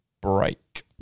break